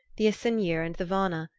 the asyniur and the vana,